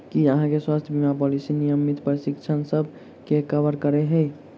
की अहाँ केँ स्वास्थ्य बीमा पॉलिसी नियमित परीक्षणसभ केँ कवर करे है?